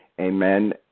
amen